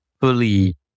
fully